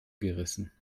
gerissen